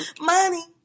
money